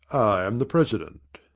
i am the president.